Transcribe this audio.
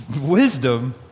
Wisdom